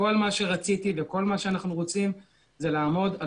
כל מה שרציתי וכל מה שאנחנו רוצים זה לעמוד על